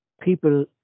people